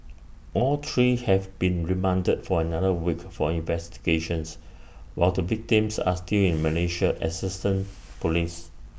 all three have been remanded for another week for investigations while the victims are still in Malaysia assistant Police